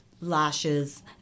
lashes